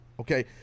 okay